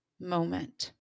moment